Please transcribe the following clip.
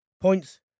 points